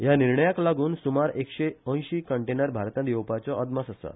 ह्या निर्णयाक लागुन सुमार एकशे ऐशी कंटेनर भारतात येवपाचो अदमास आसा